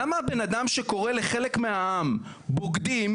למה בן אדם שקורא לחלק מהעם בוגדים,